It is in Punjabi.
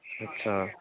ਅੱਛਾ